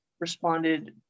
responded